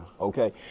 Okay